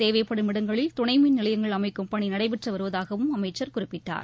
தேவைப்படும் இடங்களில் துணைமின் நிலையங்கள் அமைக்கும் பணி நடைபெற்று வருவதாகவும் அமைச்சர் குறிப்பிட்டார்